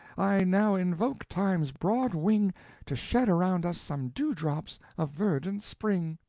i now invoke time's broad wing to shed around us some dewdrops of verdant spring.